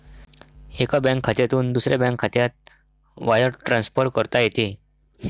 एका बँक खात्यातून दुसऱ्या बँक खात्यात वायर ट्रान्सफर करता येते